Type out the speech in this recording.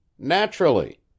Naturally